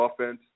offense